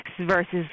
versus